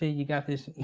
ah you got this,